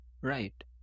Right